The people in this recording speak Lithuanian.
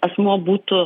asmuo būtų